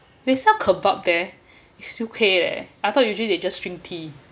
they sell kebab there at U_K leh I thought usually they just drink tea